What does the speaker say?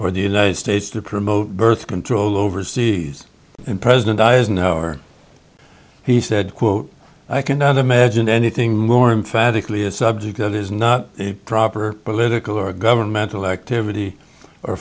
for the united states to promote birth control overseas and president eisenhower he said quote i cannot imagine anything more emphatically a subject that is not a proper political or governmental activity or